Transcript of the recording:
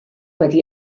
wedi